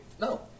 No